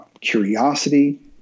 curiosity